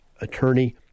Attorney